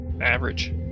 average